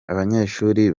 abanyeshuri